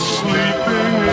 sleeping